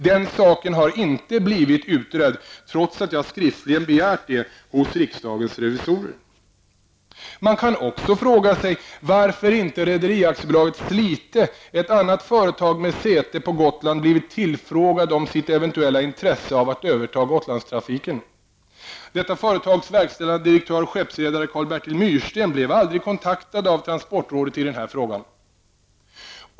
Den saken har inte blivit utredd trots att jag skriftligen begärt detta hos riksdagens revisorer. Man kan också fråga sig varför inte Rederi AB Slite, ett annat företag med säte på Gotland, blivit tillfrågat om sitt eventuella intresse av att överta Gotlandstrafiken. Detta företags verkställande direktör, skeppsredare Carl Bertil Myrsten, blev aldrig kontaktad av transportrådet i denna fråga.